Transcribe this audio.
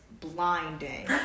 blinding